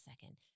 second